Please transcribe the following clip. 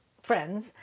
friends